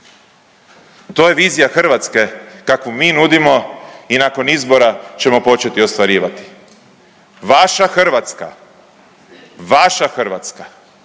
to je vizija Hrvatske kakvu mi nudimo i nakon izbora ćemo početi ostvarivati. Vaša Hrvatska, vaša Hrvatska